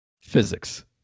Physics